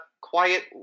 quiet